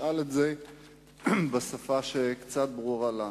אני אשאל בשפה שקצת ברורה לנו.